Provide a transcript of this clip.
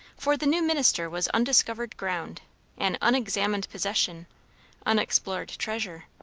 for the new minister was undiscovered ground an unexamined possession unexplored treasure.